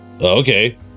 okay